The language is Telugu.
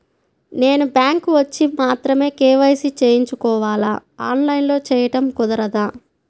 నేను బ్యాంక్ వచ్చి మాత్రమే కే.వై.సి చేయించుకోవాలా? ఆన్లైన్లో చేయటం కుదరదా?